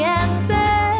answer